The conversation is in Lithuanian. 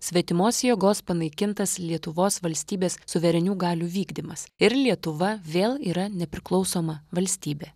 svetimos jėgos panaikintas lietuvos valstybės suverenių galių vykdymas ir lietuva vėl yra nepriklausoma valstybė